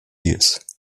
years